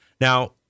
Now